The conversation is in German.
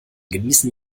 genießen